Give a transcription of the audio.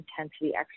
intensity